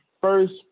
first